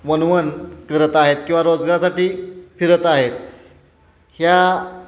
वणवण करत आहेत किंवा रोजगारासाठी फिरत आहेत ह्या